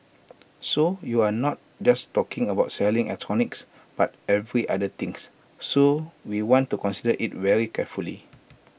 so you're not just talking about selling electronics but every other thinks so we want to consider IT very carefully